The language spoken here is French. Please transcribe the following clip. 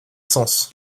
sens